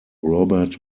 robert